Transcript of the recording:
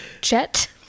Chet